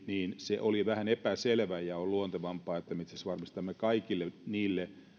niin se oli vähän epäselvä ja on luontevampaa niin että me itse asiassa haluamme varmistaa sen kaikille niille